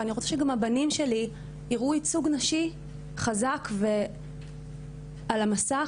אני רוצה שהם יראו ייצוג נשי חזק על המסך,